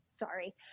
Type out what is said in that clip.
Sorry